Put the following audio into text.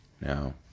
Now